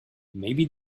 maybe